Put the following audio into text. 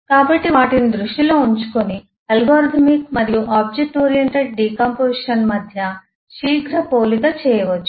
కాబట్టి వాటిని దృష్టిలో ఉంచుకుని అల్గోరిథమిక్ మరియు ఆబ్జెక్ట్ ఓరియెంటెడ్ డికాంపొజిషన్ మధ్య శీఘ్ర పోలిక చేయవచ్చు